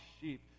sheep